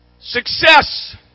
Success